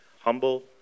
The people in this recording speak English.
humble